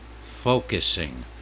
focusing